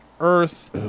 earth